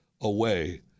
away